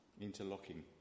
Interlocking